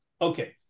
Okay